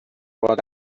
what